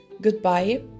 goodbye